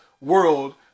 World